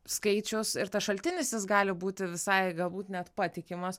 skaičius ir tas šaltinis jis gali būti visai galbūt net patikimas